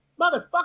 motherfucker